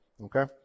Okay